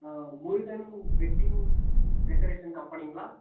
ah Murugan wedding decoration கம்பெனிங்களா